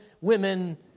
women